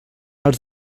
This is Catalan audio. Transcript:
els